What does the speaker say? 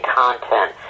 content